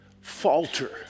falter